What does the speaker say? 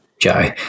Joe